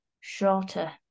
shorter